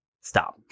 Stop